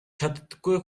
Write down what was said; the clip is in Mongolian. чаддаггүй